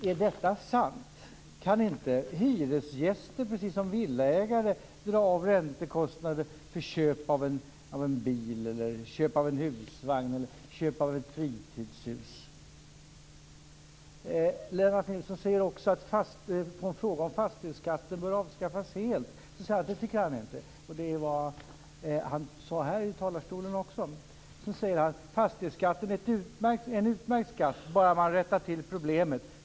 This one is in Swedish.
Är detta sant? Kan inte hyresgäster, precis som villaägare, dra av räntekostnader för köp av en bil, en husvagn eller ett fritidshus? Lennart Nilsson svarar på en fråga om fastighetsskatten helt bör avskaffas att han inte tycker det - det sade han också här i talarstolen. Men han säger också: Fastighetsskatten är en utmärkt skatt bara man rättar till problemen.